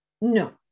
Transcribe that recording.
No